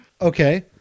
Okay